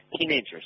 teenagers